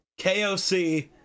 KOC